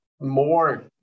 more